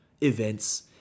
events